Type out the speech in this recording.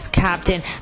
captain